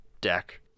deck